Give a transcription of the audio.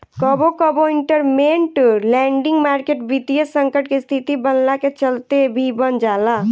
कबो कबो इंटरमेंट लैंडिंग मार्केट वित्तीय संकट के स्थिति बनला के चलते भी बन जाला